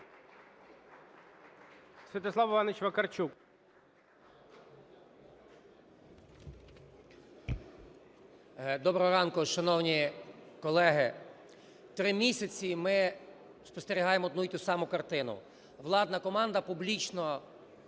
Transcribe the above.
Доброго ранку, шановні колеги! Три місяці ми спостерігаємо одну і ту саму картину: владна команда публічно